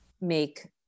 make